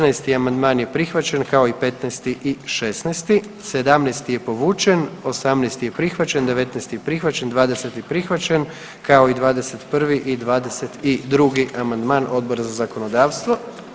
14. amandman je prihvaćen, kao i 15. i 16. 17. je povučen, 18. je prihvaćen, 19. je prihvaćen, 20. prihvaćen, kao i 21. i 22. amandman Odbora za zakonodavstvo.